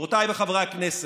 חברותיי וחברי הכנסת,